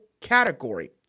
category